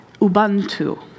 Ubuntu